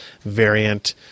variant